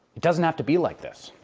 it doesn't have to be like this.